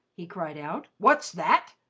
he cried out. what's that?